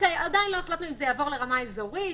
עדיין לא החלטנו אם זה יעבור לרמה אזורית,